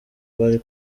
bari